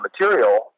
material